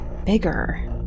bigger